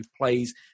plays